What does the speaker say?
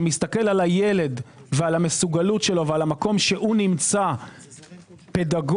שמסתכל על הילד ועל מסוגלותו ועל המקום שהוא נמצא פדגוגית,